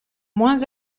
moins